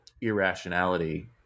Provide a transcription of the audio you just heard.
irrationality